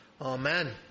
Amen